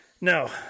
No